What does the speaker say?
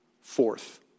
Fourth